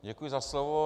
Děkuji za slovo.